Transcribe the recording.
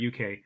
UK